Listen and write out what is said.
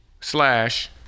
slash